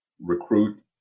recruit